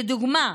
לדוגמה,